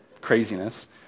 craziness